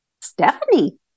Stephanie